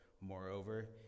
Moreover